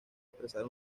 expresar